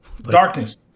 Darkness